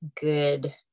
good